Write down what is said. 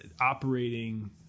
operating